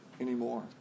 anymore